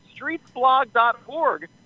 streetsblog.org